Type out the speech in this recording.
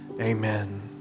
Amen